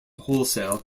wholesale